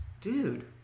Dude